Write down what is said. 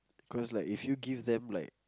cause like if you give them like